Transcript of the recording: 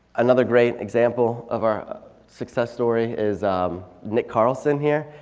another great example of a success story is nick carlson here.